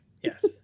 yes